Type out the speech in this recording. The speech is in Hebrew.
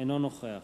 אינו נוכח